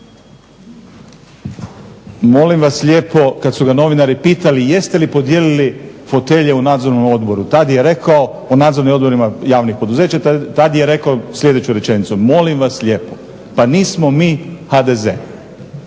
molim vas lijepo kad su ga novinari pitali jeste li podijelili fotelje u nadzornom odboru. Tad je rekao o nadzornim odborima javnih poduzeća, tad je rekao sljedeću rečenicu: "Molim vas lijepo, pa nismo mi HDZ!"